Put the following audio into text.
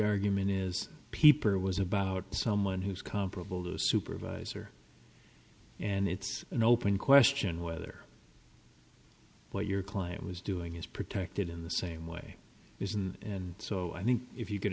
argument is peeper was about someone who is comparable to a supervisor and it's an open question whether what your client was doing is protected in the same way isn't and so i think if you